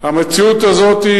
המציאות הזאת,